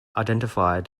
identified